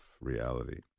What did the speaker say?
reality